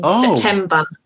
September